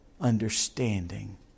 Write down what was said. understanding